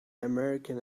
american